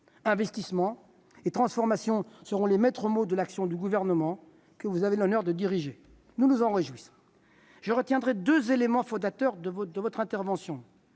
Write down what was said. Investissement et transformation seront les maîtres mots de l'action du gouvernement que vous avez l'honneur de diriger, monsieur le Premier ministre. Nous nous en réjouissons. Je retiendrai deux éléments fondateurs de votre intervention